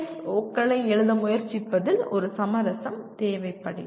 ஓக்களை எழுத முயற்சிப்பதில் ஒரு சமரசம் தேவைப்படுகிறது